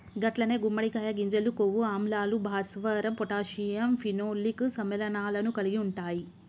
గట్లనే గుమ్మడికాయ గింజలు కొవ్వు ఆమ్లాలు, భాస్వరం పొటాషియం ఫినోలిక్ సమ్మెళనాలను కలిగి ఉంటాయి